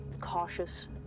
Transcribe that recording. cautious